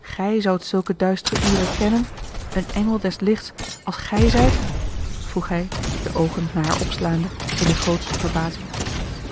gij zoudt zulke duistere uren kennen een engel des lichts als gij zijt vroeg hij de oogen naar haar opslaande in de grootste verbazing